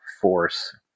force